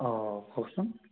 অঁ কওকচোন